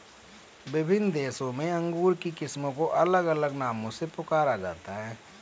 विभिन्न देशों में अंगूर की किस्मों को अलग अलग नामों से पुकारा जाता है